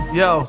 yo